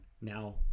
Now